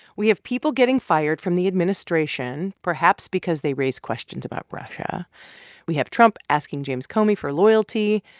we have people getting fired from the administration perhaps because they raised questions about russia we have trump asking james comey for loyalty,